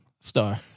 Star